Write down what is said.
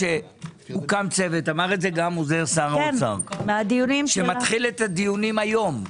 גם עוזר שר האוצר אמר - שהוקם צוות שמתחיל את הדיונים היום,